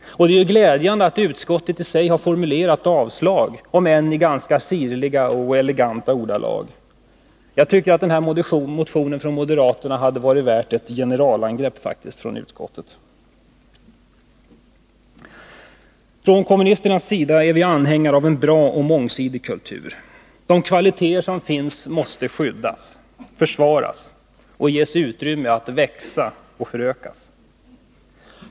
Det är glädjande att utskottet har enats om avslag på motionen — om än i ganska sirliga och eleganta ordalag. Jag tycker att den här motionen från moderaterna faktiskt hade varit värd ett generalangrepp från utskottet. Från kommunisternas sida är vi anhängare av en bra och mångsidig kultur. De kvaliteter som finns måste skyddas, försvaras och ges utrymme att växa och förökas.